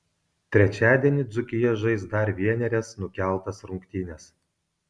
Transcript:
trečiadienį dzūkija žais dar vienerias nukeltas rungtynes